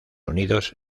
unidos